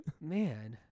Man